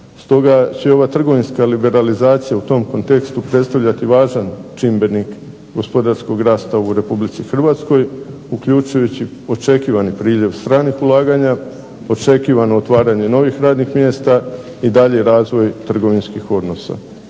stoga će ova trgovinska liberalizacija u tom kontekstu predstavljati važan čimbenik gospodarskog rasta u Republici Hrvatskoj, uključujući očekivani priljev stranih ulaganja, očekivano otvaranje novih radnih mjesta, i dalji razvoj trgovinskih odnosa.